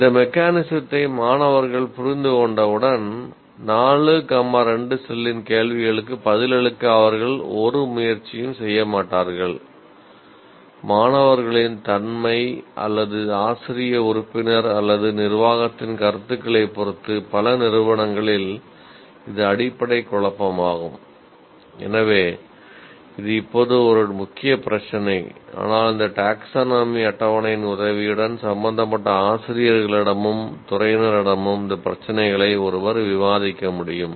இந்த மெக்கானிஸத்தை அட்டவணையின் உதவியுடன் சம்பந்தப்பட்ட ஆசிரியர்களிடமும் துறையினரிடமும் இந்த பிரச்சினைகளை ஒருவர் விவாதிக்க முடியும்